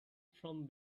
from